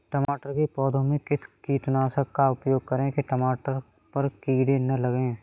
टमाटर के पौधे में किस कीटनाशक का उपयोग करें कि टमाटर पर कीड़े न लगें?